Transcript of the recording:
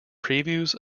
previews